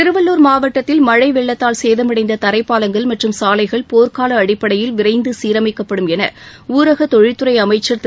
திருவள்ளூர் மாவட்டத்தில் மழை வெள்ளத்தால் சேதமடைந்த தரைப்பாலங்கள் மற்றும் சாலைகள் போர்க்கால அடிப்படையில் விரைந்து சீரமைக்கப்படும் என ஊரக தொழில்துறை அமைச்சர் திரு